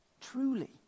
Truly